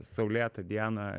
saulėtą dieną